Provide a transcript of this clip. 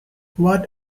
what